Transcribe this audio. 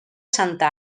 santa